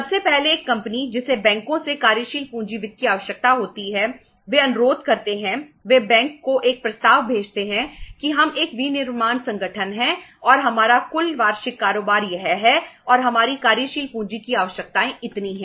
सबसे पहले एक कंपनी जिसे बैंकों से कार्यशील पूंजी वित्त की आवश्यकता होती है वे अनुरोध करते हैं वे बैंक को एक प्रस्ताव भेजते हैं कि हम एक विनिर्माण संगठन हैं और हमारा कुल वार्षिक कारोबार यह है और हमारी कार्यशील पूंजी की आवश्यकताएं इतनी हैं